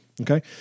Okay